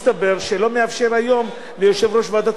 אז מסתבר שהחוק לא מאפשר היום ליושב-ראש ועדת